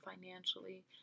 financially